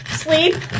sleep